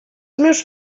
meus